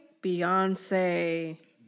Beyonce